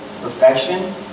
perfection